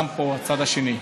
גם פה, בצד השני.